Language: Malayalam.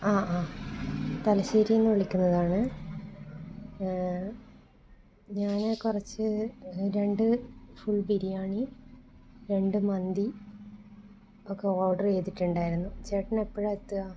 തലശ്ശേരിയിൽ നിന്ന് വിളിക്കുന്നതാണേ ഞാൻ കുറച്ച് രണ്ട് ഫുള് ബിരിയാണി രണ്ട് മന്തി ഒക്കെ ഓര്ഡര് ചെയ്തിട്ടുണ്ടായിരുന്നു ചേട്ടന് എപ്പോഴാണ് എത്തുക